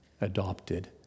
adopted